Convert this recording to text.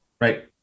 right